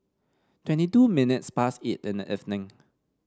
twenty two minutes past eight in the evening